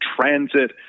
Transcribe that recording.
transit